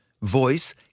voice